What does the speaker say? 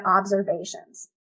observations